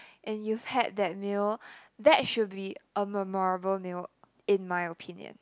and you've had that meal that should be a memorable meal in my opinion